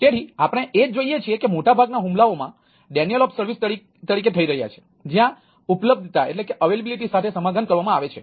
તેથી આપણે એ જ જોઈએ છીએ કે મોટાભાગના હુમલા કરવામાં આવે છે